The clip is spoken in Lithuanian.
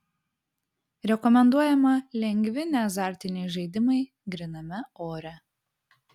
rekomenduojama lengvi neazartiniai žaidimai gryname ore